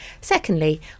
Secondly